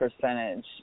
percentage